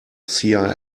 cia